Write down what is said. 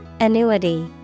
Annuity